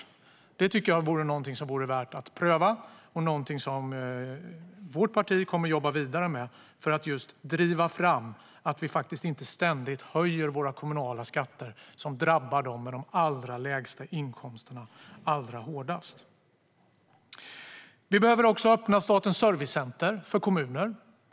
Detta tycker jag vore värt att pröva, och det är någonting som vårt parti kommer att jobba vidare med för att driva fram att vi inte ständigt höjer våra kommunala skatter; det drabbar dem med de allra lägsta inkomsterna allra hårdast. Vi behöver också öppna Statens servicecenter för kommuner.